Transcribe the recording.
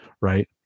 right